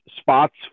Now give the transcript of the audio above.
spots